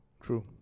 true